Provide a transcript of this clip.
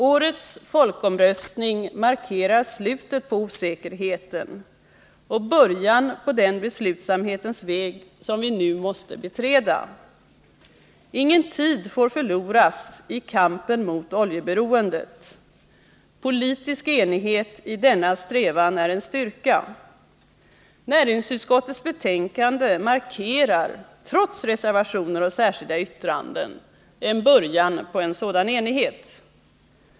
Årets folkomröstning markerar slutet på osäkerheten och början på den beslutsamhetens väg som vi nu måste beträda. Ingen tid får förloras i kampen mot oljeberoendet. Politisk enighet i denna strävan är en styrka. Näringsutskottets betänkande markerar, trots reservationer och särskilda yttranden, en början på en sådan enighet.